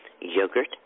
yogurt